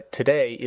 today